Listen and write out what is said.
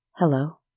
Hello